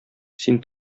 син